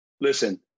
listen